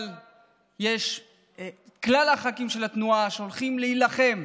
אבל כלל הח"כים של התנועה הולכים להילחם,